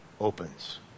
opens